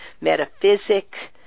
metaphysics